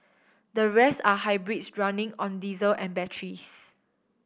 the rest are hybrids running on diesel and batteries